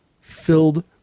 filled